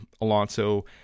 Alonso